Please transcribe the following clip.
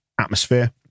atmosphere